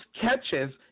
catches